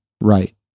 right